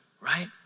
right